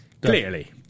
clearly